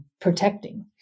protecting